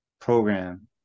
program